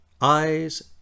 eyes